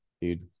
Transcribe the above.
Dude